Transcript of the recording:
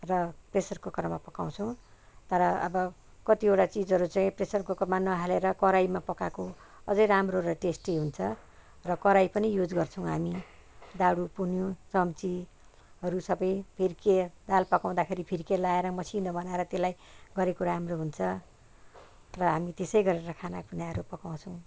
र प्रेसर कुकरमा पकाउँछौँ तर अब कतिवटा चिजहरू चाहिँ प्रेसर कुकरमा नहालेर कराहीमा पकाएको अझै राम्रो र टेस्टी हुन्छ र कराही पनि युज गर्छौँ हामी डाडु पुनिउँ चम्चीहरू सबै फिर्के दाल पकाउँदाखेरि फिर्के लगाएर मसिनो बनाएर त्यसलाई गरेको राम्रो हुन्छ र हामी त्यसै गरेर खानापिनाहरू पकाउँछौँ